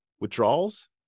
withdrawals